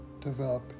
develop